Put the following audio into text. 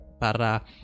para